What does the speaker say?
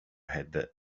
had